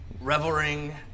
reveling